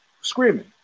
screaming